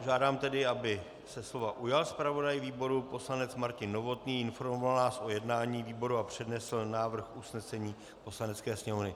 Žádám, aby se slova ujal zpravodaj výboru poslanec Martin Novotný, informoval vás o jednání výboru a přednesl návrh usnesení Poslanecké sněmovny.